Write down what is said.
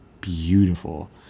beautiful